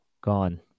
Gone